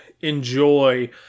enjoy